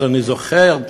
אדוני זוכר,